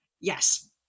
Yes